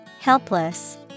Helpless